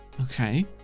Okay